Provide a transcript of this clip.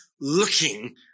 looking